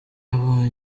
ubonye